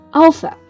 alpha